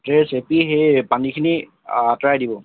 সেই চেপি সেই পানীখিনি আঁতৰাই দিব